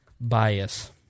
bias